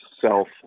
self